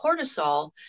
cortisol